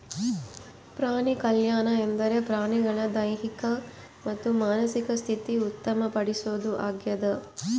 ಪ್ರಾಣಿಕಲ್ಯಾಣ ಎಂದರೆ ಪ್ರಾಣಿಗಳ ದೈಹಿಕ ಮತ್ತು ಮಾನಸಿಕ ಸ್ಥಿತಿ ಉತ್ತಮ ಪಡಿಸೋದು ಆಗ್ಯದ